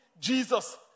Jesus